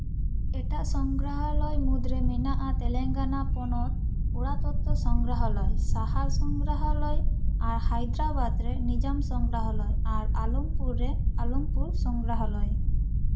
ᱮᱴᱟᱜ ᱥᱚᱝᱜᱨᱟᱦᱚᱞᱚᱭ ᱢᱩᱫᱽᱨᱮ ᱢᱮᱱᱟᱜᱼᱟ ᱛᱮᱞᱮᱝᱜᱟᱱᱟ ᱯᱚᱱᱚᱛ ᱚᱱᱟ ᱛᱚᱛᱛᱷᱚ ᱥᱚᱝᱜᱨᱟᱦᱚᱞᱚᱭ ᱥᱟᱦᱟ ᱥᱚᱝᱜᱨᱟᱦᱚᱞᱚᱭ ᱟᱨ ᱦᱟᱭᱫᱨᱟᱵᱟᱫᱽ ᱨᱮ ᱱᱤᱡᱟᱢ ᱥᱚᱝᱜᱨᱟᱦᱚᱞᱚᱭ ᱟᱨ ᱟᱞᱚᱢᱯᱩᱨ ᱨᱮ ᱟᱞᱚᱢᱯᱩᱨ ᱥᱚᱝᱜᱨᱟᱦᱚᱞᱚᱭ